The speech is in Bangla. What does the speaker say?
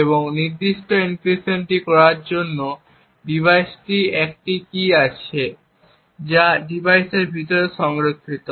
এবং এই নির্দিষ্ট এনক্রিপশনটি করার জন্য ডিভাইসটির একটি কী আছে যা ডিভাইসের ভিতরে সংরক্ষিত